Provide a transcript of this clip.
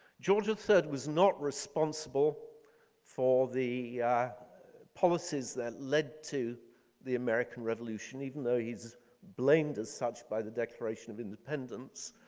george iii was not responsible for the policies that led to the american revolution even though he's blamed as such by the declaration of independence.